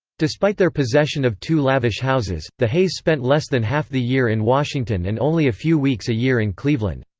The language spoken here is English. despite their possession of two lavish houses, the hays spent less than half the year in washington and only a few weeks a year in cleveland.